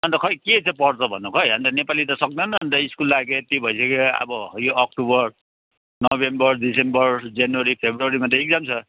अनि त के चाहिँ पढ्छ भन्नु खोइ अनि त नेपाली त सक्दैन अनि त स्कुल लाग्यो यति भइसक्यो अब यो अक्टुबर नोभेम्बर डिसेम्बर जनवरी फेब्रुवरीमा त इक्जाम छ